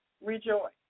Rejoice